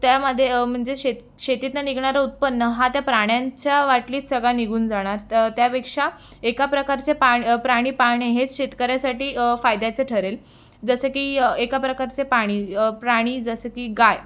त्यामध्ये म्हणजे शे शेतीतनं निघणारं उत्पन्न हा त्या प्राण्यांच्या वाटणीत सगळा निघून जाणार तर त्यापेक्षा एका प्रकारचे पा प्राणी पाळणे हेच शेतकऱ्यासाठी फायद्याचे ठरेल जसं की एका प्रकारचे पाणी प्राणी जसं की गाय